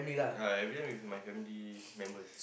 yea every time with my family members